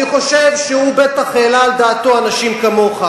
אני חושב שהוא בטח העלה על דעתו אנשים כמוך.